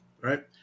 right